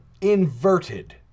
inverted